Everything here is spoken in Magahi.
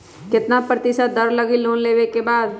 कितना प्रतिशत दर लगी लोन लेबे के बाद?